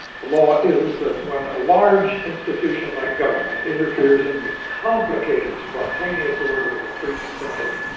the law is that when a large institution like government interferes in the complicated, spontaneous order of a free society,